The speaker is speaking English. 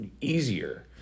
easier